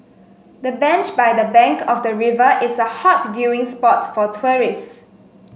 the bench by the bank of the river is a hot viewing spot for tourists